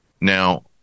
now